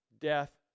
death